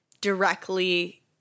directly